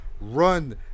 run